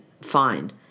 fine